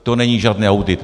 To není žádný audit.